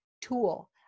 tool